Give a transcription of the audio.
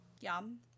Yum